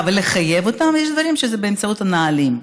ולחייב אותם ויש דברים שזה באמצעות הנהלים.